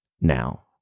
now